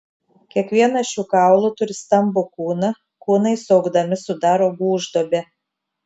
kiekvienas šių kaulų turi stambų kūną kūnai suaugdami sudaro gūžduobę